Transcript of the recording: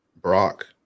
Brock